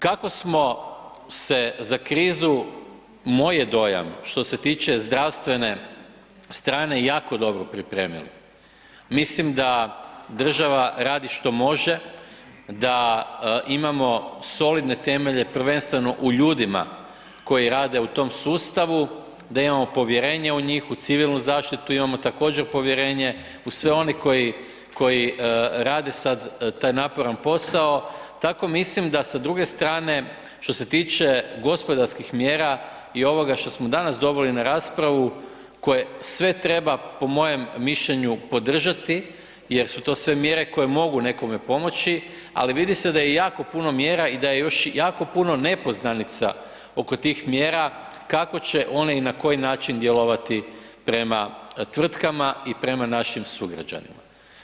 Kako smo se za krizu moj je dojam, što se tiče zdravstvene strane jako dobro pripremili, mislim da država radi što može, da imamo solidne temelje prvenstveno u ljudima koji rade u tom sustavu, da imamo povjerenje u njih, u civilnu zaštitu imamo također povjerenje, u sve one koji rade sad taj naporan posao, tako mislim da sa druge strane što se tiče gospodarskih mjera i ovoga što smo danas odbili na raspravu, koje sve treba po mojem mišljenju podržati jer su to sve mjere koje mogu nekome pomoći ali vidi se da je jako puno mjera i da je još jako puno nepoznanica oko tih mjera kako će one i na koji način djelovati prema tvrtkama i prema našim sugrađanima.